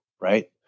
right